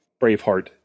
Braveheart